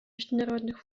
международных